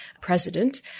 president